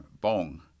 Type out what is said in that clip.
Bong